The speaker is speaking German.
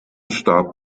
starb